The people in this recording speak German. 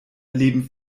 erleben